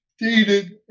dated